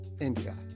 India